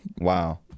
Wow